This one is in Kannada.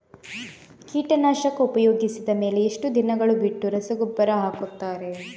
ಕೀಟನಾಶಕ ಉಪಯೋಗಿಸಿದ ಮೇಲೆ ಎಷ್ಟು ದಿನಗಳು ಬಿಟ್ಟು ರಸಗೊಬ್ಬರ ಹಾಕುತ್ತಾರೆ?